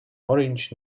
orange